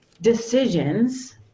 decisions